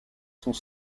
sont